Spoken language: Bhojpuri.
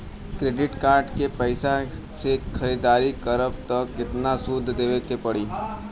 क्रेडिट कार्ड के पैसा से ख़रीदारी करम त केतना सूद देवे के पड़ी?